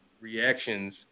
reactions